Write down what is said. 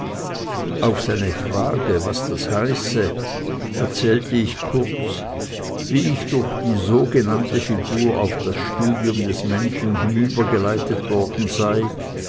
auf seine frage was das heiße erzählte ich kurz wie ich durch die so genannte figur auf das studium des menschen hinübergeleitet worden sei